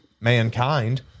mankind